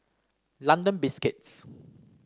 London Biscuits